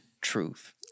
truth